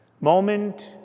moment